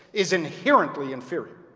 is inherently inferior.